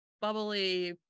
bubbly